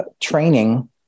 Training